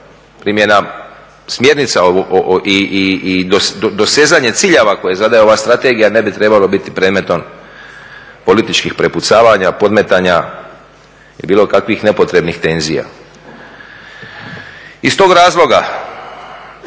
primjena smjernica i dosezanje ciljeva koje zadaje ova strategija ne bi trebalo biti predmetom političkih prepucavanja, podmetanja i bilo kakvih nepotrebnih tenzija. Iz tog razloga